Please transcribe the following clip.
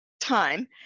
time